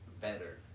better